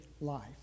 life